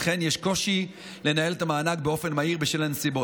וכן יש קושי לנהל את המענק באופן מהיר בשל הנסיבות,